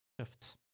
shifts